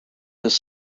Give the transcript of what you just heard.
this